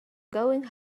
going